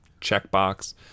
checkbox